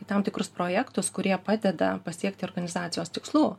į tam tikrus projektus kurie padeda pasiekti organizacijos tikslų